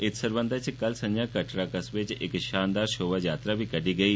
इत सरबंधै च कल संझा कटड़ा कस्बे च इक शानदार शोभा यात्रा बी कड्डी गेई